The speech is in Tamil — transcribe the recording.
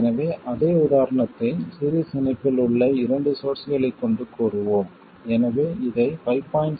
எனவே அதே உதாரணத்தை சீரிஸ் இணைப்பில் உள்ள இரண்டு சோர்ஸ்களைக் கொண்டு கூறுவோம் எனவே இதை 5